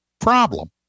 problem